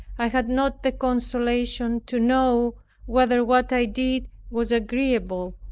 i had not the consolation to know whether what i did was agreeable.